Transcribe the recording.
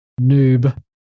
Noob